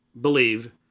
believe